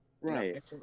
right